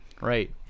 Right